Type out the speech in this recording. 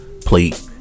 plate